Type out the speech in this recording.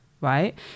right